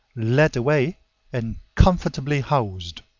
led away and comfortably housed.